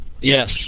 Yes